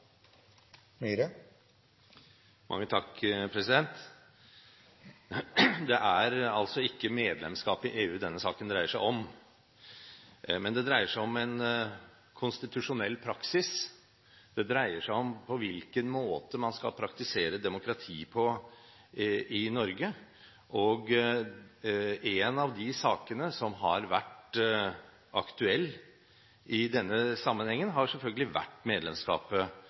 ikke medlemskap i EU denne saken dreier seg om. Det dreier seg om en konstitusjonell praksis. Det dreier seg om på hvilken måte man skal praktisere demokrati i Norge. Én av de sakene som har vært aktuelle i denne sammenhengen, har selvfølgelig vært